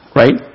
right